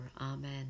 Amen